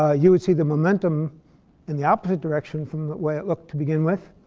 ah you would see the momentum in the opposite direction from the way it looked to begin with.